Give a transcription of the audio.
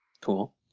Cool